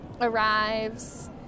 arrives